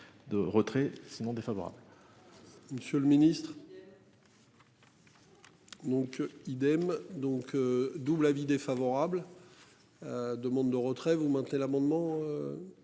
De retrait sinon défavorable. Monsieur le Ministre. Donc. Idem, donc double avis défavorable. Demande de retrait, vous mentez. L'amendement.